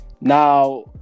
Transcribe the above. now